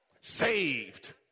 Saved